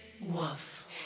Woof